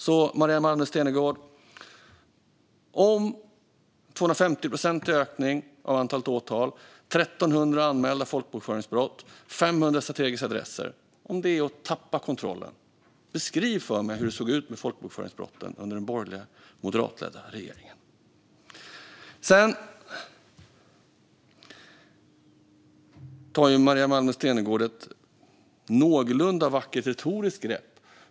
Det är en 250-procentig ökning av antalet åtal, Maria Malmer Stenergard. Det är 1 300 anmälda folkbokföringsbrott. Det är 500 strategiska adresser. Om det är att tappa kontrollen, beskriv för mig hur det såg ut med folkbokföringsbrotten under den borgerliga moderatledda regeringen. Sedan tar Maria Malmer Stenergard ett någorlunda vackert retoriskt grepp.